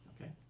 Okay